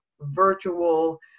virtual